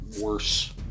worse